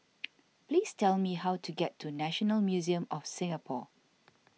please tell me how to get to National Museum of Singapore